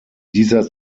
dieser